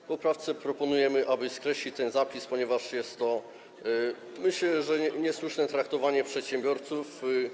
W poprawce proponujemy, aby skreślić ten zapis, ponieważ jest to, myślę, niesłuszne traktowanie przedsiębiorców.